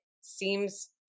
seems